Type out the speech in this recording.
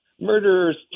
murderers